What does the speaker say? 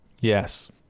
Yes